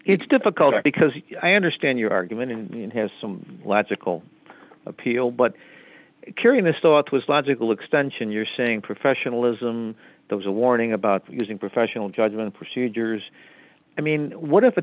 it's difficult because i understand your argument and has some logical appeal but carrying this thought was logical extension you're saying professionalism there was a warning about using professional judgment procedures i mean what if